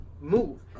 move